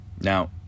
Now